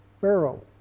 Pharaoh